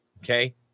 Okay